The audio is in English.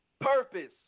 purpose